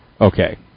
Okay